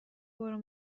برو